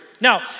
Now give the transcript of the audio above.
Now